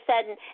sudden